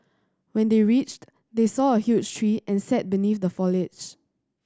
when they reached they saw a huge tree and sat beneath the foliage